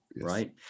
right